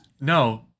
No